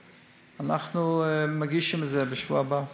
אנחנו מגישים את זה בשבוע הבא.